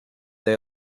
they